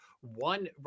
one